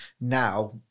now